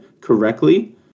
correctly